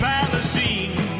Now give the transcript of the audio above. Palestine